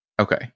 Okay